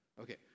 Okay